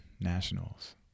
nationals